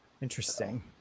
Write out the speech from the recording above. interesting